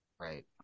Right